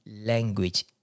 language